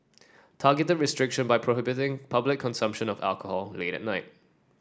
targeted restriction by prohibiting public consumption of alcohol late at night